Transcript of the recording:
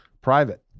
private